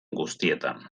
guztietan